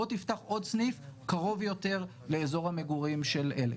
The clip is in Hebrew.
בוא תפתח עוד סניף קרוב יותר לאזור המגורים של אלה,